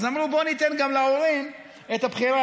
אז אמרו: בואו ניתן גם להורים את הבחירה